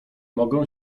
mogę